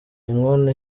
inkono